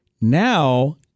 Now